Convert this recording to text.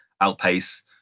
outpace